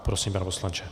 Prosím, pane poslanče.